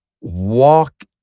walk